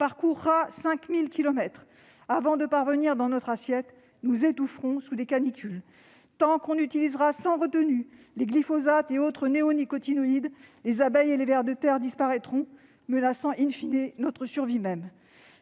parcourra 5 000 kilomètres avant de parvenir dans notre assiette, nous étoufferons sous des canicules. Tant que nous utiliserons sans retenue les glyphosates et autres néonicotinoïdes, les abeilles et les vers de terre disparaîtront, menaçant notre survie même.